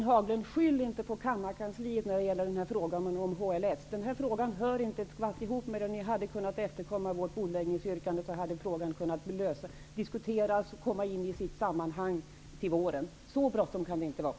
Herr talman! Skyll inte på kammarkansliet när det gäller frågan om HLS! Den frågan hör inte ett skvatt ihop med detta. Ni hade kunnat efterkomma vårt bordläggningsyrkande. Då hade frågan kunnat diskuteras och komma in i sitt sammanhang till våren. Så bråttom kan det inte vara.